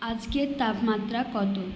আজকের তাপমাত্রা কত